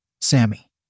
Sammy